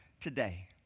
today